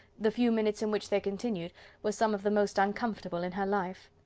the few minutes in which they continued were some of the most uncomfortable in her life.